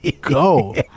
go